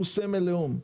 הוא סמל לאום.